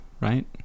right